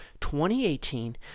2018